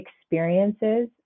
experiences